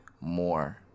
more